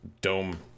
dome